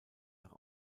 nach